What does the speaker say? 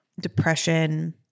depression